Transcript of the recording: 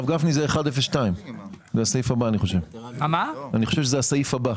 אני חושב שזה הסעיף הבא.